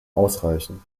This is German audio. ausreichen